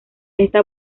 esta